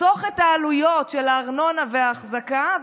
לחסוך את העלויות של הארנונה והאחזקה,